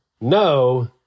no